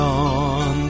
on